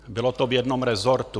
Bylo to v jednom resortu.